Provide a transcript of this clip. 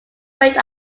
rate